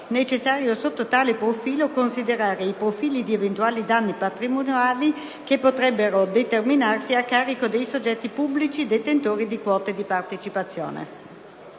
necessario sotto tale profilo considerare i profili di eventuali danni patrimoniali che potrebbero determinarsi a carico dei soggetti pubblici detentori di quote di partecipazione.